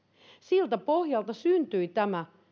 siltä pohjalta syntyi tämä